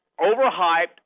overhyped